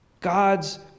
God's